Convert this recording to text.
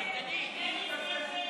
(13) של קבוצת סיעת